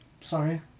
Sorry